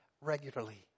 regularly